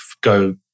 go